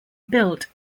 built